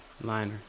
Liner